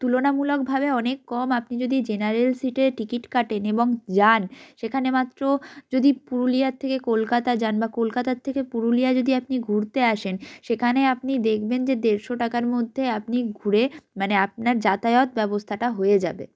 তুলনামূলকভাবে অনেক কম আপনি যদি জেনারেল সিটে টিকিট কাটেন এবং যান সেখানে মাত্র যদি পুরুলিয়ার থেকে কলকাতা যান বা কলকাতার থেকে পুরুলিয়া যদি আপনি ঘুরতে আসেন সেখানে আপনি দেখবেন যে দেড়শো টাকার মধ্যে আপনি ঘুরে মানে আপনার যাতায়াত ব্যবস্থাটা হয়ে যাবে